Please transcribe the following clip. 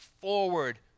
forward